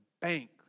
bank